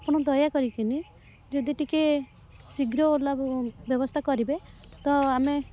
ଆପଣ ଦୟା କରିକି ଯଦି ଟିକେ ଶୀଘ୍ର ଓଲା ବ୍ୟବସ୍ଥା କରିବେ ତ ଆମେ